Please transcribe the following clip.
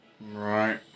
Right